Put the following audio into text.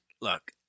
look